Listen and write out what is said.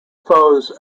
foes